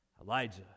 Elijah